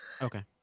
Okay